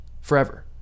forever